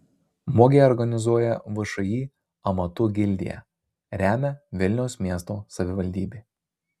mugę organizuoja všį amatų gildija remia vilniaus miesto savivaldybė